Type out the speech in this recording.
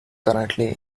currently